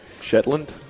Shetland